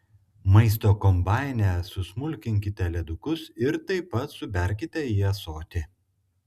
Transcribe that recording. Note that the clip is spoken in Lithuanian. maisto kombaine susmulkinkite ledukus ir taip pat suberkite į ąsotį